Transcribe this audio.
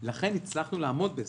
ולכן הצלחנו לעמוד בזה.